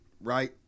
right